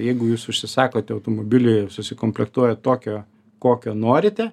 jeigu jūs užsisakote automobilį susikomplektuojat tokio kokio norite